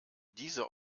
diese